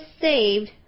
saved